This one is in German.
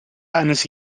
eines